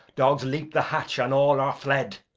dogs leap the hatch, and all are fled.